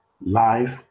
life